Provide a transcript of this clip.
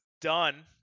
done